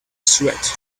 sweat